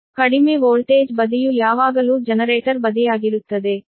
ಕಡಿಮೆ ವೋಲ್ಟೇಜ್ ಬದಿಯು ಯಾವಾಗಲೂ ಜನರೇಟರ್ ಬದಿಯಾಗಿರುತ್ತದೆ